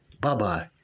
Bye-bye